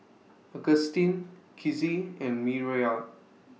Agustin Kizzie and Miriah